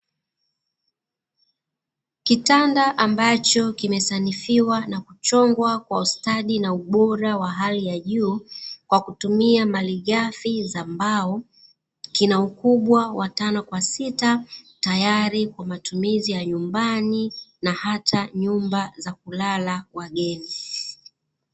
Kitanda ambacho kimesanifiwa na kuchongwa kwa ustadi na ubora wa hali ya juu kwa kutumia malighafi za mbao, kina ukubwa wa tano kwa sita tayari kwa matumizi ya nyumbani na hata nyumba za kulala wageni.